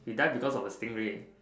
we dead because of the stingray